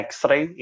X-ray